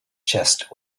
chest